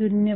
0